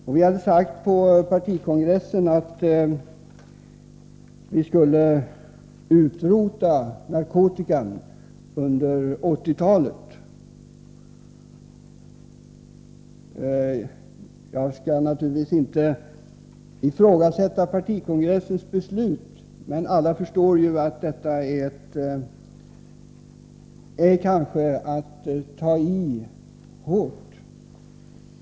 Det hade på partikongressen uttalats att narkotikan skulle utrotas under 1980-talet. Jag skall inte ifrågasätta partikongressens beslut, men alla förstår att detta är att ta i hårt.